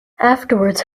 afterwards